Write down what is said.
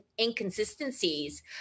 inconsistencies